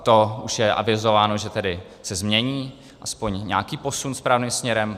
To už je avizováno, že se změní, aspoň nějaký posun strany směrem.